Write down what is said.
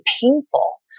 painful